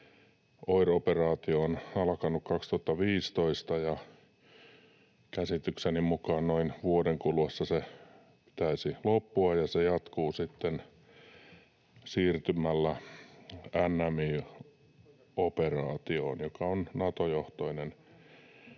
OIR-operaatio on alkanut 2015, ja käsitykseni mukaan noin vuoden kuluessa se taisi loppua ja jatkuu sitten siirtymällä NMI-operaatioon, joka on Nato-johtoinen